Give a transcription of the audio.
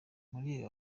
muri